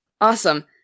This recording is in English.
Awesome